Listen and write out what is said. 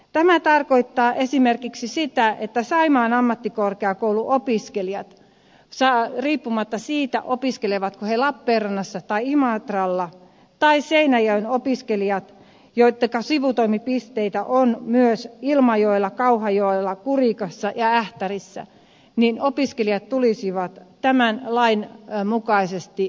tämä tarkoittaa esimerkiksi sitä että saimaan ammattikorkeakoulun opiskelijat riippumatta siitä opiskelevatko he lappeenrannassa tai imatralla tai seinäjoen opiskelijat joittenka sivutoimipisteitä on myös ilmajoella kauhajoella kurikassa ja ähtärissä tulisivat tämän lain mukaisesti yhdenvertaiseen asemaan